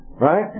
Right